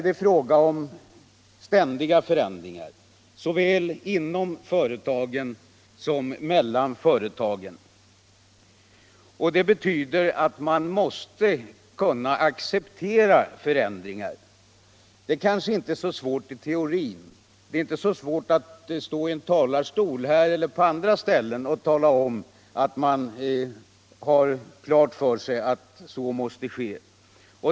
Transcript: Det sker ständiga förändringar, såväl inom företagen som mellan företagen. Det betyder att man måste kunna acceptera förändringar, vilket kanske inte är så svårt i teorin. Det är inte så märkvärdigt att stå i en talarstol, här eller på andra ställen, och tala om att man har klart för sig att så måste ske.